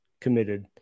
committed